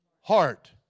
Heart